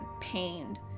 pained